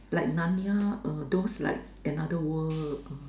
like Narnia uh those like another world uh